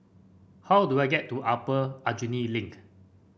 how do I get to Upper Aljunied Link